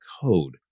code